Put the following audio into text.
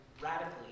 radically